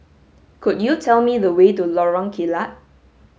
could you tell me the way to Lorong Kilat